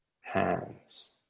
hands